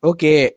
Okay